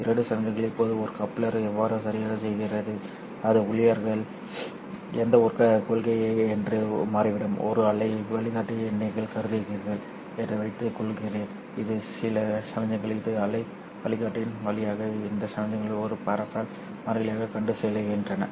இரண்டு சமிக்ஞைகள் இப்போது ஒரு கப்ளர் எவ்வாறு சரியாகச் செய்கிறது அது ஊழியர்கள் என்ன ஒரு கொள்கை என்று மாறிவிடும் ஒரு அலை வழிகாட்டியை நீங்கள் கருதுகிறீர்கள் என்று வைத்துக்கொள்வோம் இது சில சமிக்ஞைகள் இந்த அலை வழிகாட்டியின் வழியாக இந்த சமிக்ஞையை ஒரு பரவல் மாறிலியாகக் கடந்து செல்கின்றன